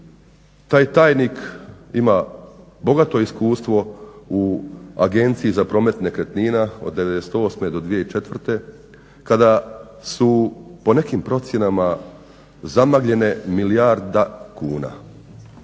taj tajnik ima bogato iskustvo u Agenciji za promet nekretnina od '98. do 2004. kada su po nekim procjenama zamagljene milijarda kuna.